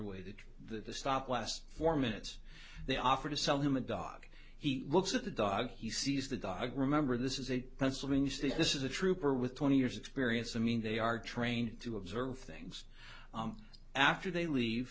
way to the stop last four minutes they offer to sell him a dog he looks at the dog he sees the dog remember this is a pennsylvania this is a trooper with twenty years experience i mean they are trained to observe things after they leave